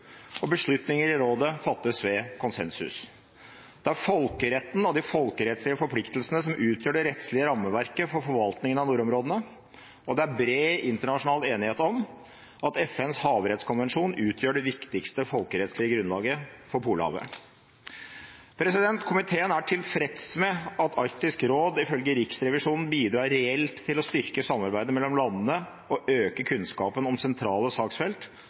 og beslutninger i rådet fattes ved konsensus. Det er folkeretten og de folkerettslige forpliktelsene som utgjør det rettslige rammeverket for forvaltningen av nordområdene, og det er bred internasjonal enighet om at FNs havrettskonvensjon utgjør det viktigste folkerettslige grunnlaget for Polhavet. Komiteen er tilfreds med at Arktisk råd ifølge Riksrevisjonen bidrar reelt til å styrke samarbeidet mellom landene og øke kunnskapen om sentrale saksfelt,